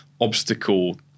obstacle